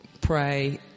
pray